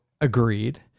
agreed